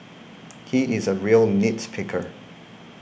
he is a real nits picker